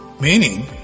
Meaning